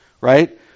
right